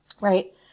right